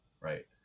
right